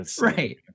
Right